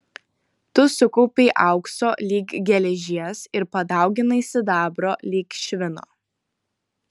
tu sukaupei aukso lyg geležies ir padauginai sidabro lyg švino